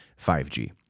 5G